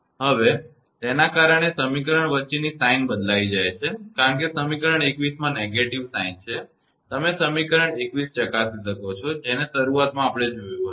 હવે તેના કારણે સમીકરણ વચ્ચેની નિશાની બદલાઈ જાય છે કારણકે સમીકરણ 21 માં negative નિશાની છે તમે સમીકરણ 21 ચકાસી શકો છો જેને શરૂઆતમાં આપણે જોયુ હતું